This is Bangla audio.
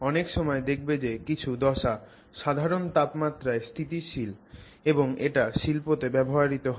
অনেক সময়ে দেখবে যে কিছু দশা সাধারণ তাপমাত্রায় স্থিতিশীল এবং এটা শিল্পতে ব্যবহৃত হয়